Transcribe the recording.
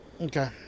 Okay